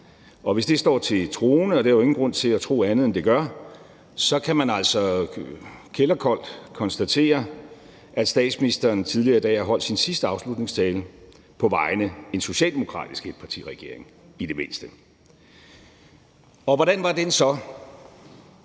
Og hvis det står til troende, og det har jeg jo ingen grund til at tro andet end at det gør, så kan man altså kælderkoldt konstatere, at statsministeren tidligere i dag har holdt sin sidste afslutningstale, i det mindste på vegne af en socialdemokratisk etpartiregering. Hvordan var den så?